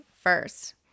first